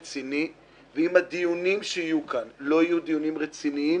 ואם הדיונים שיהיו כאן לא יהיו רציניים,